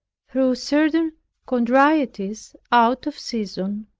through certain contrarieties out of season,